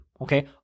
okay